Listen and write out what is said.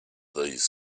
these